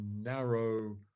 narrow